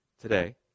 today